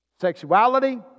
Sexuality